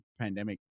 pandemic